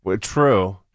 True